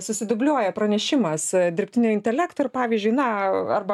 susidubliuoja pranešimas dirbtinio intelekto ir pavyzdžiui na arba